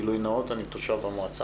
גילוי נאות: אני תושב המועצה.